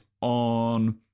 on